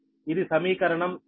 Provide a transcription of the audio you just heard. ఇది సమీకరణం 27